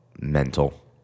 mental